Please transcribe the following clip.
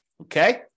Okay